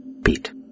Beat